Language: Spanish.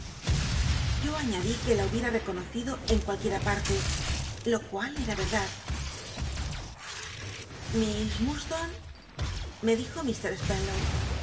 yo añadí que la bubiem reconocido en cualquiera parle lo cual era cdad iliss illuad tone me dijo mr spenlow